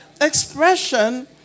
expression